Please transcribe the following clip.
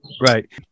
right